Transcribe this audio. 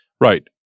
Right